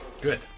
Good